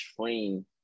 train